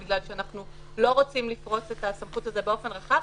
כי אנחנו לא רוצים לפרוס את הסמכות הזאת באופן רחב,